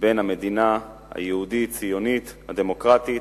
בין המדינה היהודית, הציונית, הדמוקרטית,